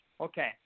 Okay